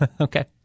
Okay